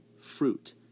fruit